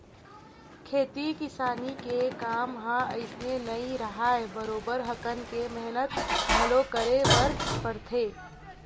खेती किसानी के काम ह अइसने नइ राहय बरोबर हकन के मेहनत घलो करे बर परथे